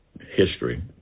history